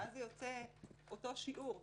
ואז זה יוצא אותו שיעור,